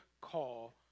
call